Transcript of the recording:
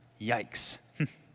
Yikes